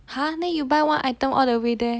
!huh! then you buy one item all the way there